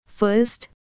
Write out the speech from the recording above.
First